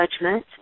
judgment